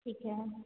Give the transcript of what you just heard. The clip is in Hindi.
ठीक है